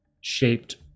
shaped